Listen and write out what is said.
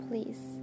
Please